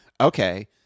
Okay